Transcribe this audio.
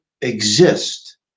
exist